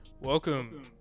Welcome